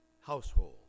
household